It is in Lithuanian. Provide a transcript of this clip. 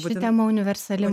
ši tema universali